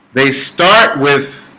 they start with